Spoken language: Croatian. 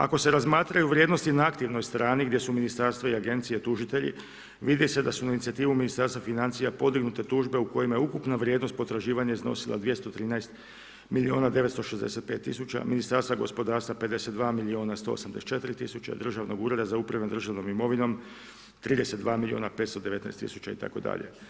Ako se razmatraju vrijednosti na aktivnoj strani, gdje su ministarstva i agencije tužitelji, vidi se da su na inicijativu Ministarstva financija podignute tužbe u kojima je ukupna vrijednost potraživanja iznosila 213 milijuna 965 tisuća, Ministarstva gospodarstva 52 milijuna 184 tisuće, Državnog ureda za upravljanje državnom imovinom 32 milijuna 519 tisuća itd.